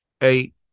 Eight